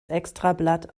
extrablatt